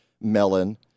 melon